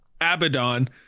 Abaddon